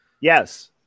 yes